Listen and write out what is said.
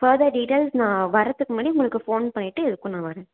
further details நான் வர்றத்துக்கு முன்னாடி உங்களுக்கு ஃபோன் பண்ணிவிட்டு எதுக்கும் நான் வரேன்